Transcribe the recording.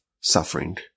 suffering